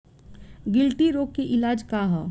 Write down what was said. गिल्टी रोग के इलाज का ह?